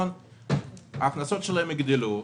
ההכנסות שלהם יגדלו,